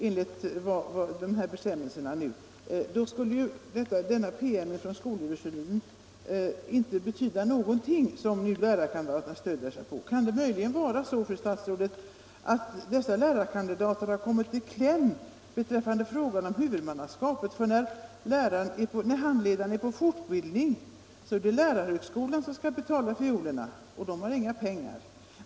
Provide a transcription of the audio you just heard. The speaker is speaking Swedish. Den PM från skolöverstyrelsen som lärarkandidater stöder sig på skulle alltså inte betyda någonting. Kan möjligen, fru statsråd, dessa lärarkandidater ha kommit i kläm på grund av frågan om huvudmannaskapet? När handledaren är på fortbildning är det lärarhögskolorna som skall betala fiolerna, och de har inga pengar.